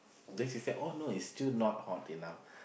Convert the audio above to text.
then she said oh no it's still not hot enough